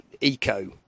eco